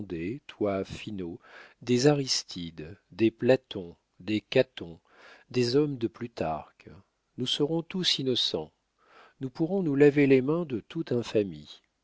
toi finot des aristide des platon des caton des hommes de plutarque nous serons tous innocents nous pourrons nous laver les mains de toute infamie